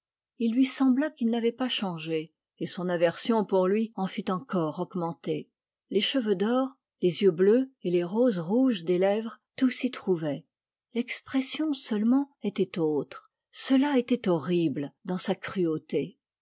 il lui sembla qu'il n'avait pas changé et son aversion pour lui en fut encore augmentée les cheveux d'or les yeux bleus et les roses rouges des lèvres tout s'y trouvait l'expression seulement était autre cela était horrible dans sa cruauté